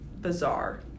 bizarre